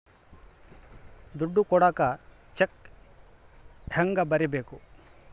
ದುಡ್ಡು ಕೊಡಾಕ ಚೆಕ್ ಹೆಂಗ ಬರೇಬೇಕು?